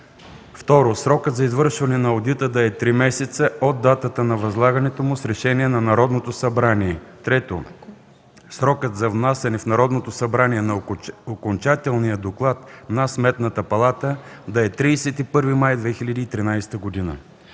2. Срокът за извършване на одита да е три месеца от датата на възлагането му с решение на Народното събрание. 3.Срокът за внасяне в Народното събрание на окончателния доклад на Сметната палата да е 31 май 2013 г.